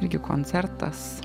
irgi koncertas